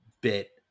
bit